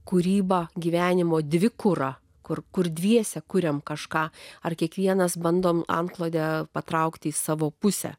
kūryba gyvenimo dvi kuro kur kur dviese kuriam kažką ar kiekvienas bandom antklode patraukti į savo pusę